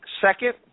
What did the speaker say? Second